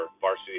varsity